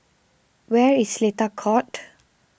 where is Seletar Court